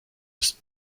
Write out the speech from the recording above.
ist